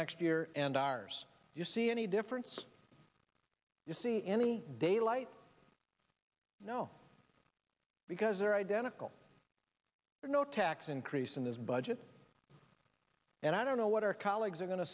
next year and ours do you see any difference you see any daylight now because they're identical no tax increase in this budget and i don't know what our colleagues are going to